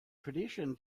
tradition